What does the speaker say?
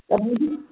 तब